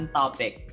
topic